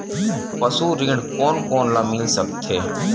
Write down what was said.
पशु ऋण कोन कोन ल मिल सकथे?